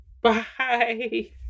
Bye